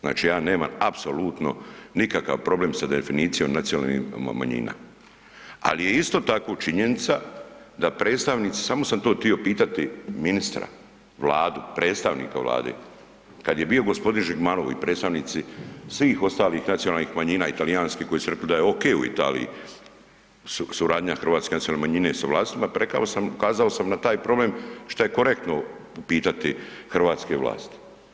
Znači ja nemam apsolutno nikakav problem sa definicijom nacionalnih manjina, ali je isto tako činjenica da predstavnici, samo sam to tio pitati ministra, Vladu, predstavnika Vlade kada je bio gospodin Žigmanov i predstavnici svih ostalih nacionalnih manjina i talijanski koji su rekli da je ok u Italiji suradnja hrvatske nacionalne manjine sa vlastima, ukazao sam na taj problem šta je korektno upitati hrvatske vlasti.